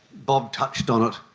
bob touched on it,